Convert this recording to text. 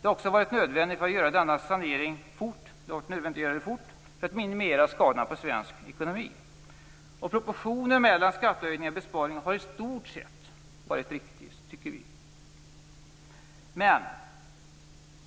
Det har också varit nödvändigt att göra denna sanering fort för att minimera skadorna på svensk ekonomi. Proportionen mellan skattehöjningar och besparingar har också i stort sett varit riktig, tycker vi. Men